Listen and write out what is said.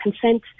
consent